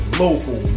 local